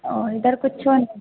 ओ इधर कुच्छो नै